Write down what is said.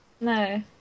No